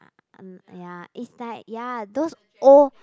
uh um ya it's like ya those old